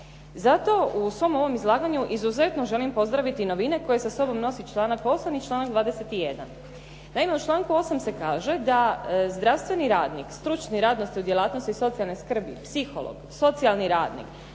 Zato u ovom svom izlaganju izuzetno želim pozdraviti novine koje sa sobom nosi članak 8. i članak 21. naime u članku 8. se kaže da zdravstveni radnik, stručni ... socijalne skrbi psiholog, socijalni radnik,